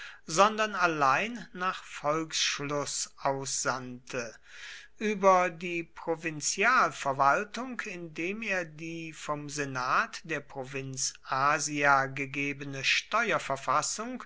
sondern allein nach volksschluß aussandte über die provinzialverwaltung indem er die vom senat der provinz asia gegebene